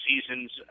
seasons